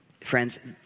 Friends